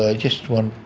ah just want,